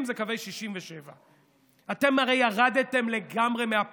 אצל אחרים זה קווי 67'. אתם הרי ירדתם לגמרי מהפסים.